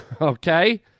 Okay